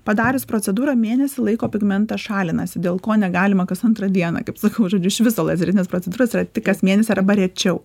padarius procedūrą mėnesį laiko pigmentas šalinasi dėl ko negalima kas antrą dieną kaip sakau žodžiu iš viso lazerinės procedūros yra tik kas mėnesį arba rečiau